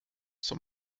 zum